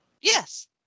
Yes